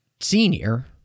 senior